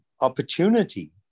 opportunity